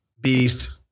Beast